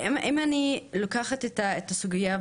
אם אני לוקחת את הסוגייה,